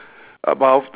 about